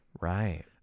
Right